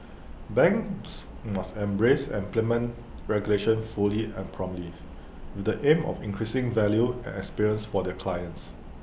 banks must embrace and implement regulation fully and promptly with the aim of increasing value and experience for their clients